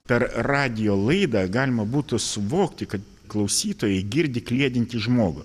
per radijo laidą galima būtų suvokti kad klausytojai girdi kliedintį žmogų